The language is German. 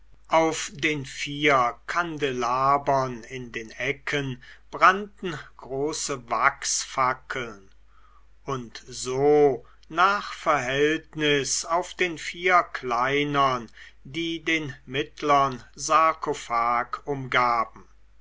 auf den vier kandelabern in den ecken brannten große wachsfackeln und so nach verhältnis auf den vier kleinern die den mittlern sarkophag umgaben